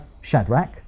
Shadrach